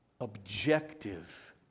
objective